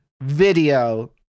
video